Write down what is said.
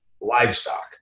livestock